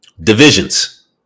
Divisions